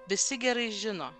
visi gerai žino